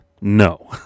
No